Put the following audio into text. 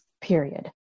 period